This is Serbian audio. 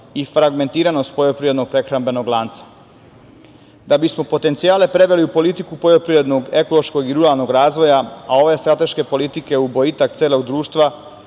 i fragmentiranost poljoprivredno-prehrambenog lanca. Da bismo potencijale preveli u politiku poljoprivrednog, ekološkog i ruralnog razvoja, a ove strateške politike u boljitak celog društva,